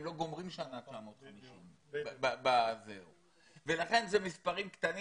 לא גומרים שנה 950 ולכן זה מספרים קטנים